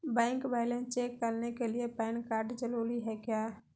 Bank balance check करने के लिए पैन कार्ड जरूरी है क्या?